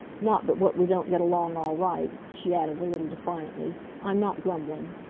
not but what we don't get along all right, she added, a little defiantly. i'm not grumbling.